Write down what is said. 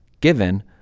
given